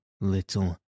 little